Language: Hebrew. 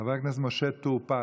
חבר הכנסת משה טור פז,